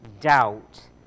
doubt